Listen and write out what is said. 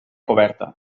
coberta